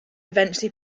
eventually